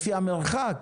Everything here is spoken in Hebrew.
לפי המרחק.